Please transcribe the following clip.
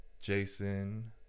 Jason